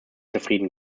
zufrieden